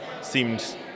seemed